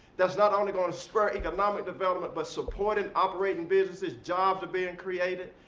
that's not only going to spread economic development but supporting operating businesses. jobs are being created.